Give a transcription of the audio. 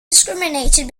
discriminated